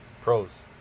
pros